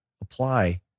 apply